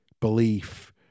belief